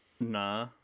Nah